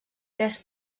tres